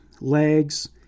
legs